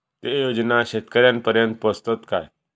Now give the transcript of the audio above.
ते योजना शेतकऱ्यानपर्यंत पोचतत काय?